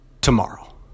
tomorrow